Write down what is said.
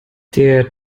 der